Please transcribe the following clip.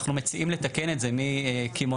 אנחנו מציעים לתקן את זה מקמעונאי,